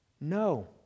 No